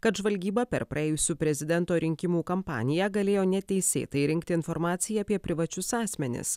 kad žvalgyba per praėjusių prezidento rinkimų kampaniją galėjo neteisėtai rinkti informaciją apie privačius asmenis